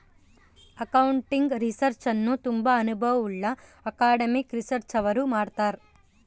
accounting research ಅನ್ನು ತುಂಬಾ ಅನುಭವವುಳ್ಳ ಅಕಾಡೆಮಿಕ್ ರಿಸರ್ಚ್ನವರು ಮಾಡ್ತರ್